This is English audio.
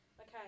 Okay